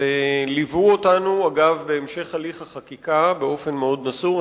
וליוו אותנו בהמשך הליך החקיקה באופן מאוד מסור.